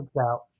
out